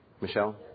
Michelle